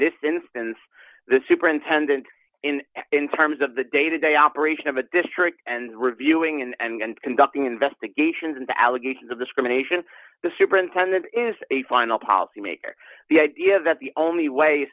this instance the superintendent in in terms of the day to day operation of a district and reviewing and conducting investigations and the allegations of discrimination the superintendent is a final policymaker the idea that the only way